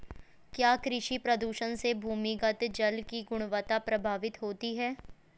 क्या कृषि प्रदूषण से भूमिगत जल की गुणवत्ता प्रभावित होती है?